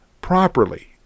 properly